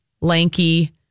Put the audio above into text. lanky